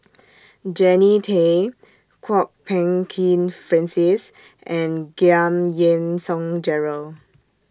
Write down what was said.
Jannie Tay Kwok Peng Kin Francis and Giam Yean Song Gerald